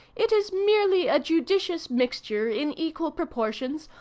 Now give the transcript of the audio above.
it is merely a judicious mixture, in equal proportions,